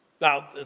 Now